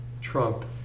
trump